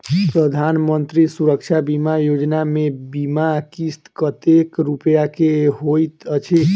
प्रधानमंत्री सुरक्षा बीमा योजना मे बीमा किस्त कतेक रूपया केँ होइत अछि?